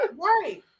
Right